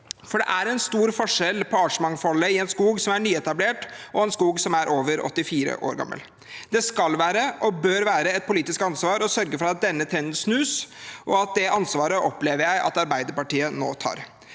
Det er en stor forskjell på artsmangfoldet i en skog som er nyetablert, og en skog som er over 84 år gammel. Det skal være og bør være et politisk ansvar å sørge for at denne trenden snus, og det ansvaret opplever jeg at Arbeiderpartiet nå tar.